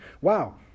Wow